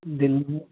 دِل میں